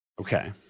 okay